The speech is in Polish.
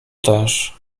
też